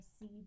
see